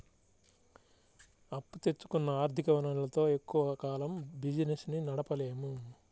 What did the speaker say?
అప్పు తెచ్చుకున్న ఆర్ధిక వనరులతో ఎక్కువ కాలం బిజినెస్ ని నడపలేము